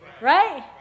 right